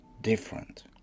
different